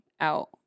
out